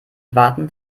waten